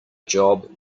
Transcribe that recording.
job